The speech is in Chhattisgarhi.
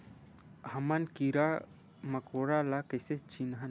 हमन कीरा मकोरा ला कइसे चिन्हन?